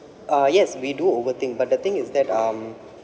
uh yes we do over think but the thing is that um